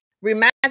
reminds